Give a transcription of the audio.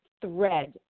thread